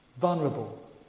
vulnerable